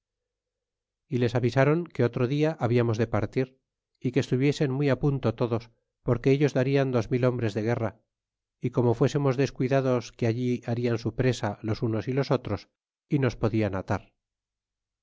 y les avisaron que otro dia habiamos de partir é que estuviesen muy á punto todos porque ellos darian dos mil hombres de guerra é como fuésemos descuidados que allí harían su presa los unos y los otros é nos podian atar